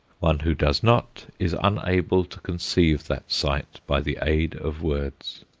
one who does not is unable to conceive that sight by the aid of words.